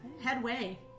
headway